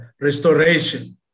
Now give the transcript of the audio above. restoration